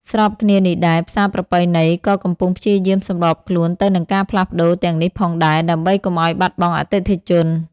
ស្របគ្នានេះដែរ ផ្សារប្រពៃណី ក៏កំពុងព្យាយាមសម្របខ្លួនទៅនឹងការផ្លាស់ប្តូរទាំងនេះផងដែរ ដើម្បីកុំឲ្យបាត់បង់អតិថិជន។